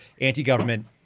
anti-government